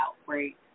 outbreak